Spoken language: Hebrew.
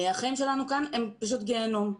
החיים שלנו כאן הם פשוט גיהינום.